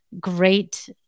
great